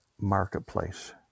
marketplace